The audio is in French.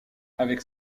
avec